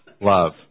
love